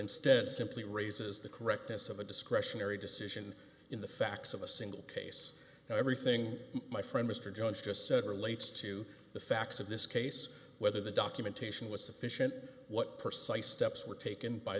instead simply raises the correctness of a discretionary decision in the facts of a single case and everything my friend mr jones just said relates to the facts of this case whether the documentation was sufficient what precise steps were taken by